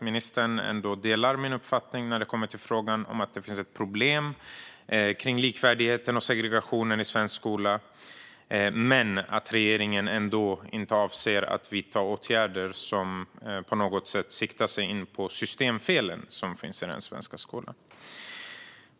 Ministern delar min uppfattning att det finns problem med likvärdigheten och segregationen i svensk skola, men regeringen avser ändå inte att vidta åtgärder som siktar in sig på systemfelen i den svenska skolan.